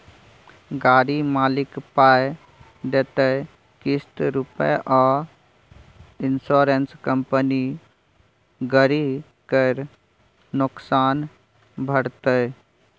गाड़ी मालिक पाइ देतै किस्त रुपे आ इंश्योरेंस कंपनी गरी केर नोकसान भरतै